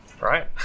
Right